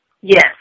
Yes